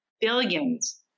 billions